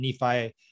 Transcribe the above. Nephi